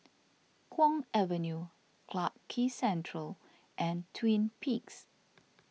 Kwong Avenue Clarke Quay Central and Twin Peaks